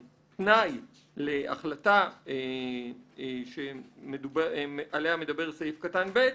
שהתנאי להחלטה עליה מדבר סעיף קטן (ב)